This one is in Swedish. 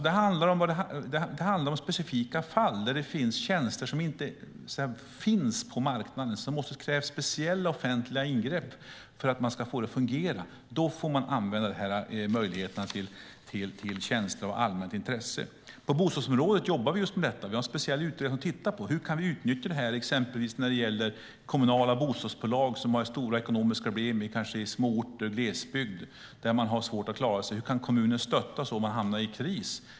Det handlar om specifika fall av tjänster som inte finns på marknaden, som kräver speciella offentliga ingrepp för att de ska fungera. Då finns möjlighet att använda sig av det som benämns tjänster av allmänt intresse. På bostadsområdet jobbar vi med det. En speciell utredning tittar för närvarande på hur vi kan utnyttja det när det exempelvis gäller kommunala bostadsbolag som har stora ekonomiska problem. Det handlar kanske om små orter i glesbygd, som har svårt att klara sig. Hur kan kommunen stöttas om den hamnar i kris?